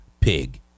Pig